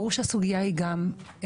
ברור שהסוגיה היא גם מדינית,